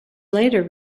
later